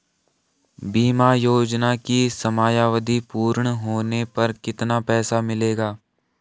बीमा योजना की समयावधि पूर्ण होने पर कितना पैसा मिलेगा?